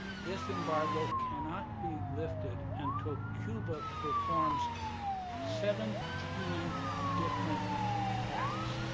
this embargo cannot be lifted until cuba performs seventeen different acts.